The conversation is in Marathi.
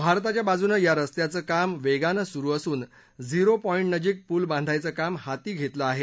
भारताच्या बाजूने या रस्त्याचं काम वेगानं सुरू असून झिरोपॉईंटनजिक पूल बांधायचं काम हाती घेतलं आहे